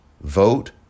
vote